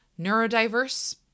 neurodiverse